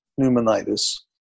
pneumonitis